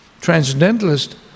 transcendentalist